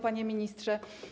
Panie Ministrze!